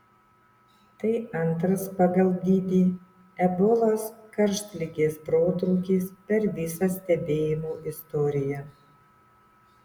tai antras pagal dydį ebolos karštligės protrūkis per visą stebėjimų istoriją